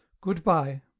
Goodbye